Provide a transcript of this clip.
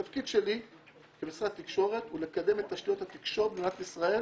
התפקיד שלי במשרד התקשורת הוא לקדם את תשתיות התקשורת במדינת ישראל,